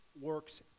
works